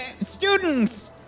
students